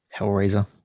Hellraiser